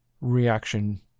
reaction